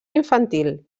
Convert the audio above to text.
infantil